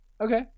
Okay